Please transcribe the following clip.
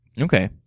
okay